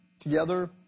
Together